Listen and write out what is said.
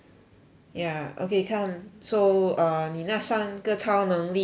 ya okay come so err 你那三个超能力